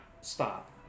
stop